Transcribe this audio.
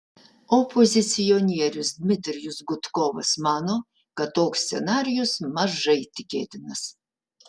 opozicionierius dmitrijus gudkovas mano kad toks scenarijus mažai tikėtinas